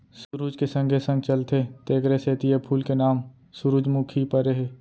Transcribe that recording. सुरूज के संगे संग चलथे तेकरे सेती ए फूल के नांव सुरूजमुखी परे हे